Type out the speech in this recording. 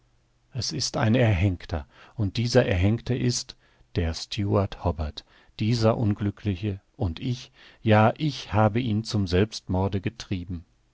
es ist ein erhängter und dieser erhängte ist der steward hobbart dieser unglückliche und ich ja ich habe ihn zum selbstmorde getrieben